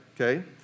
okay